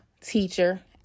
teacher